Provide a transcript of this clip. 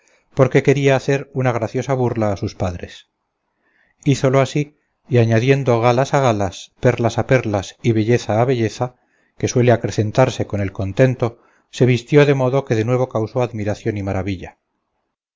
porque quería hacer una graciosa burla a sus padres hízolo así y añadiendo galas a galas perlas a perlas y belleza a belleza que suele acrecentarse con el contento se vistió de modo que de nuevo causó admiración y maravilla